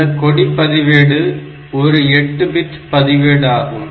இந்த கொடிபதிவேடு ஒரு 8 பிட் பதிவேடு ஆகும்